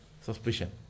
suspicion